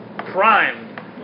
crime